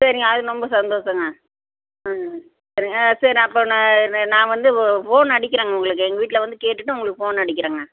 சரிங்க அது ரொம்ப சந்தோசங்க ம் சரி ஆ சரி அப்போ நான் நான் வந்து ஓ போன் அடிக்கிறங்க உங்களுக்கு எங்கள் வீட்டில் வந்து கேட்டுகிட்டு உங்களுக்கு ஃபோன் அடிக்கிறங்க